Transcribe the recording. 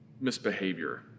misbehavior